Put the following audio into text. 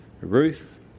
Ruth